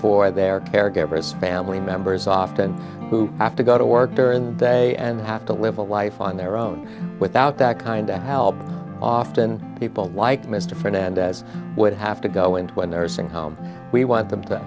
for their caregivers family members often who have to go to work during the day and have to live a life on their own without that kind of help often people like mr fernandez would have to go into a nursing home we want them to